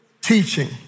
teaching